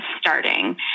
starting